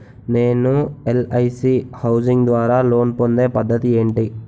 నేను LIC housing ద్వారా loan పొందే పద్ధతి ఏంటి?